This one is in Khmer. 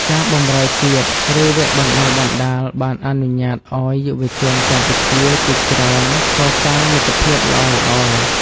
ការបម្រើជាតិ ឬវគ្គបណ្តុះបណ្ដាលបានអនុញ្ញាតិឱ្យយុវជនកម្ពុជាជាច្រើនកសាងមិត្តភាពល្អៗ។